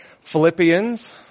Philippians